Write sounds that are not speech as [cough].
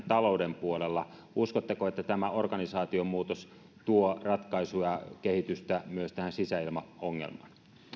[unintelligible] talouden puolella uskotteko että tämä organisaationmuutos tuo ratkaisuja ja kehitystä myös sisäilmaongelmaan